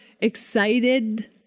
excited